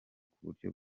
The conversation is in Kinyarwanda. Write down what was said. kuburyo